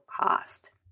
cost